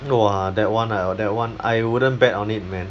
!wah! that [one] ah that [one] I wouldn't bet on it man